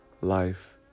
life